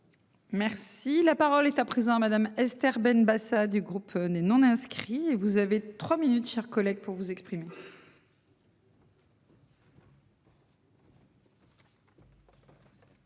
Merci la parole est à présent à Madame. Esther Benbassa du groupe né non inscrits, vous avez 3 minutes chers collègues pour vous exprimer.